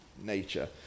nature